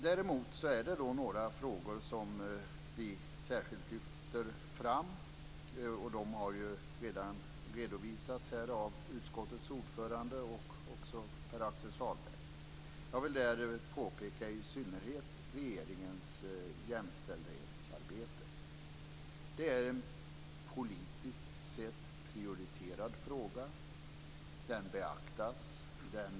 Däremot är det några frågor som vi särskilt lyfter fram. De har redan redovisats här av utskottets ordförande och också av Pär Axel Sahlberg. Jag vill i synnerhet peka på regeringens jämställdhetsarbete. Det är en politiskt sett prioriterad fråga. Den beaktas.